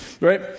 right